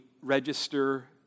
register